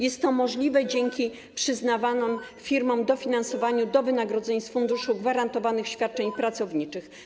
Jest to możliwe dzięki przyznawaniu firmom dofinansowania do wynagrodzeń z Funduszu Gwarantowanych Świadczeń Pracowniczych.